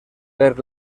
per